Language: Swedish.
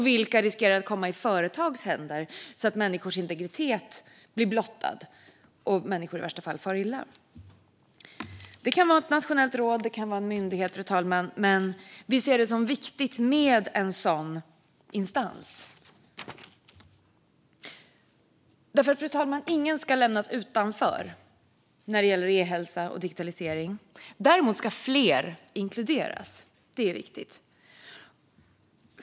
Vad riskerar att komma i företags händer, så att människors integritet blir blottad och människor i värsta fall far illa? Det kan behövas ett nationellt råd eller en myndighet, fru talman. Vi ser det som viktigt med en sådan instans. Fru talman! Ingen ska lämnas utanför när det gäller e-hälsa och digitalisering. Däremot ska fler inkluderas. Det är viktigt.